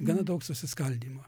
gana daug susiskaldymo